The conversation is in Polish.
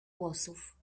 włosów